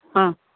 हा